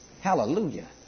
Hallelujah